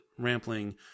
Rampling